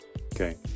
Okay